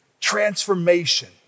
transformation